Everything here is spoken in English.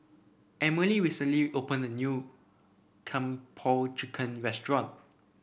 Emilee recently opened a new Kung Po Chicken restaurant